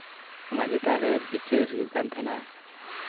ᱢᱟᱺᱡᱷᱤ ᱛᱷᱟᱱ ᱨᱮ ᱵᱤᱪᱟᱹᱨ ᱦᱩᱭᱩᱜ ᱠᱟᱱ ᱛᱟᱦᱮᱱᱟ